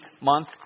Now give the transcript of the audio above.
month